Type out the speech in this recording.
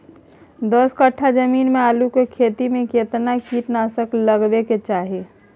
दस कट्ठा जमीन में आलू के खेती म केतना कीट नासक लगबै के चाही?